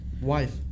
Wife